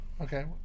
Okay